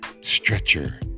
stretcher